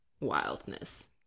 wildness